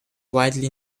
widely